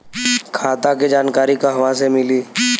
खाता के जानकारी कहवा से मिली?